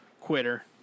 Quitter